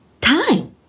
time